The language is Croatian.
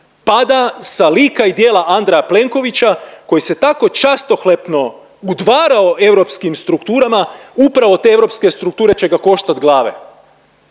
pada sa lika i djela Andreja Plenkovića koji se tako častohlepno udvarao europskim strukturama. Upravo te europske strukture će ga koštat glave,